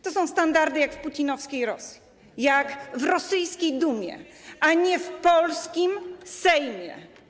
To są standardy jak w putinowskiej Rosji, jak w rosyjskiej Dumie, a nie w polskim Sejmie.